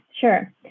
sure